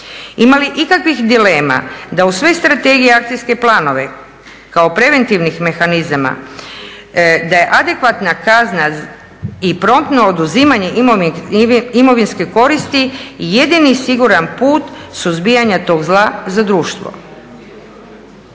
Ima li ikakvih dilema da uz sve strategije i akcijske planove kao preventivnih mehanizama da je adekvatna kazna i promptno oduzimanje imovinske koristi jedini siguran put suzbijanja tog zla za društvo.